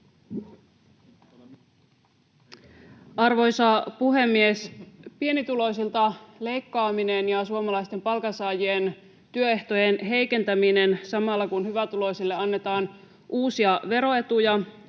Arvoisa puhemies! Pienituloisilta leikkaaminen ja suomalaisten palkansaajien työehtojen heikentäminen samalla kun hyvätuloisille annetaan uusia veroetuja